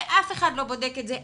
ואף אחד לא בודק את זה,